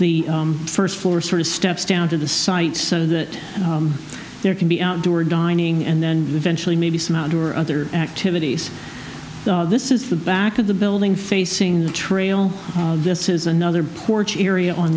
the first floor sort of steps down to the site so that there can be outdoor dining and then eventually maybe some outdoor other activities this is the back of the building facing the trail this is another porch area on